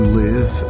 live